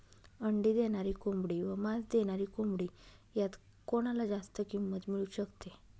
अंडी देणारी कोंबडी व मांस देणारी कोंबडी यात कोणाला जास्त किंमत मिळू शकते?